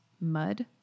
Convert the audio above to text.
mud